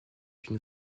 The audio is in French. une